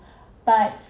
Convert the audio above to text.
but